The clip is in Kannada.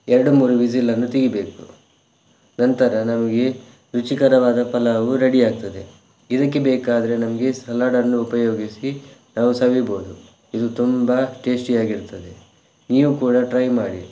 ಎರಡು ಮೂರು ವಿಸಿಲನ್ನು ತೆಗೀಬೇಕು ನಂತರ ನಮಗೆ ರುಚಿಕರವಾದ ಪಲಾವು ರೆಡಿ ಆಗ್ತದೆ ಇದಕ್ಕೆ ಬೇಕಾದರೆ ನಮಗೆ ಸಲಾಡನ್ನು ಉಪಯೋಗಿಸಿ ನಾವು ಸವಿಬೌದು ಇದು ತುಂಬ ಟೇಸ್ಟಿ ಆಗಿರ್ತದೆ ನೀವು ಕೂಡ ಟ್ರೈ ಮಾಡಿ